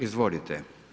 Izvolite.